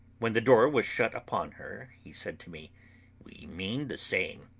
when the door was shut upon her he said to me we mean the same!